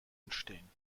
entstehen